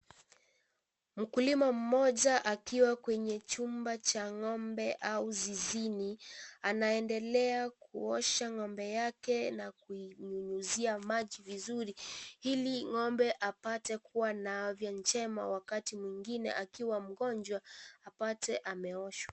Mkulima mmoja akiwa kwenye chumba cha ngombe au zizini, anaendelea kuosha ngombe yake na kuinyunyuzia maji vizuri ili ngombe apate kuwa na afya njema wakati mwingine akiwa mgonjwa apate ameoshwa.